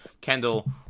Kendall